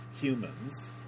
humans